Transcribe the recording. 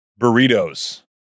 burritos